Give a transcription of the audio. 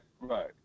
right